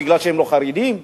מפני שהם לא חרדים?